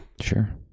Sure